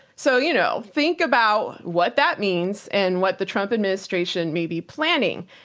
so you know think about what that means and what the trump administration may be planning.